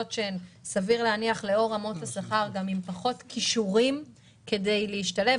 שסביר להניח לאור רמות השכר שהן גם עם פחות כישורים כדי להשתלב.